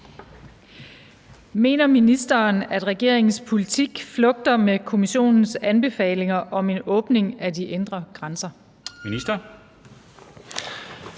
Mener ministeren, at regeringens politik flugter med Kommissionens anbefaling om en åbning af de indre grænser? Formanden